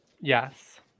Yes